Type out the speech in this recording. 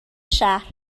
شهر